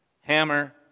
hammer